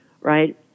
right